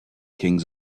kings